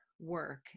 work